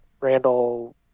Randall